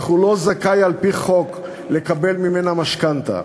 אך הוא לא זכאי על-פי חוק לקבל ממנה משכנתה.